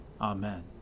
Amen